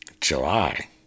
July